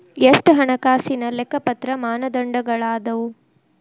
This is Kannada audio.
ಎಷ್ಟ ಹಣಕಾಸಿನ್ ಲೆಕ್ಕಪತ್ರ ಮಾನದಂಡಗಳದಾವು?